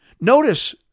Notice